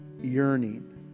yearning